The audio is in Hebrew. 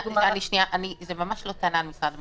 זה ממש לא טענה למשרד המשפטים,